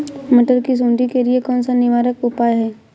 मटर की सुंडी के लिए कौन सा निवारक उपाय है?